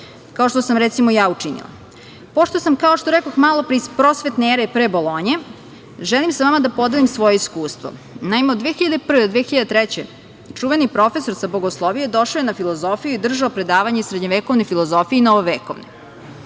kao što sam, recimo, ja učinili. Pošto sam, kao što rekoh malopre, iz prosvetne ere pre Bolonje, želim sa vama da podelim svoje iskustvo. Naime, 2001. do 2003. godine čuveni profesor sa Bogoslovije došao je na filozofiju i držao je predavanje o srednjovekovnoj filozofiji novovekovne.